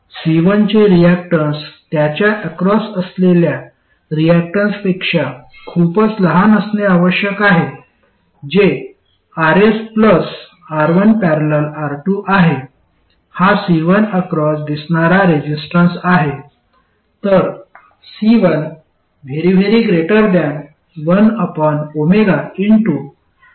C1 चे reactance त्याच्या across असलेल्या रिअॅक्टन्सपेक्षा खूपच लहान असणे आवश्यक आहे जे Rs R1 ।। R2 आहे हा C1 अक्रॉस दिसणारा रेसिस्टन्स आहे